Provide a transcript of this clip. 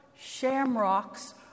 Shamrocks